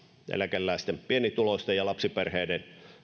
eläkeläisten pienituloisten ja lapsiperheiden